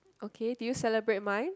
okay do you celebrate mine